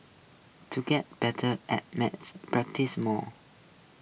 to get better at maths practise more